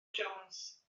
jones